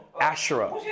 Asherah